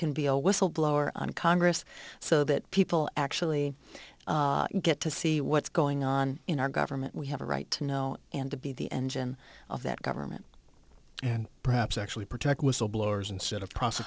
can be a whistle blower on congress so that people actually get to see what's going on in our government we have a right to know and to be the engine of that government and perhaps actually protect whistleblowers instead of pro